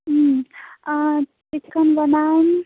उम् चिकन बनाउँ